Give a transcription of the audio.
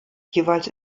jeweils